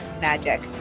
magic